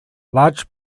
large